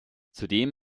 zudem